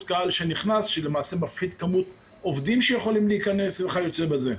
קהל שנכנס שלמעשה מפחית כמות עובדים שיכולים להכנס וכיוצא בזה.